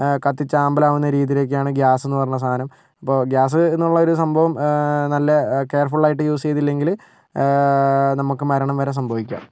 കത്തി ചാമ്പലാകുന്ന രീതിയിലേക്കാണ് ഗ്യാസ് എന്ന് പറഞ്ഞ സാധനം ഇപ്പോൾ ഗ്യാസ് എന്നുള്ളൊരു സംഭവം നല്ല കെയർ ഫുള്ളായിട്ട് യൂസ് ചെയ്തില്ലെങ്കിൽ നമുക്ക് മരണം വരെ സംഭവിക്കാം